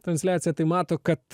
transliaciją tai mato kad